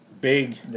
big